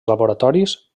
laboratoris